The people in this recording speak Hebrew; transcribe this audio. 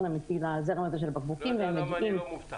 אמיתי לזרם הזה של הבקבוקים -- לא יודע למה אני לא מופתע.